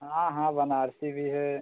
हाँ हाँ बनारसी भी है